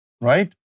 Right